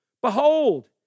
Behold